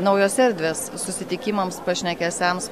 naujos erdvės susitikimams pašnekesiams